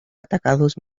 atacados